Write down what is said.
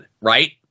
Right